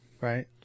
Right